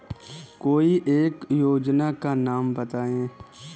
कोई एक योजना का नाम बताएँ?